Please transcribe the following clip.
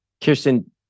Kirsten